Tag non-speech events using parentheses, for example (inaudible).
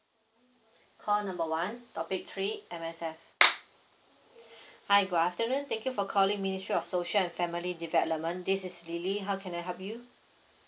call number one topic three M_S_F (noise) (breath) hi good afternoon thank you for calling ministry of social and family development this is lily how can I help you